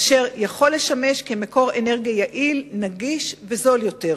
אשר יכול לשמש מקור אנרגיה יעיל, נגיש וזול יותר.